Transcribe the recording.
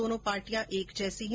दोनों पार्टियां एक जैसी हैं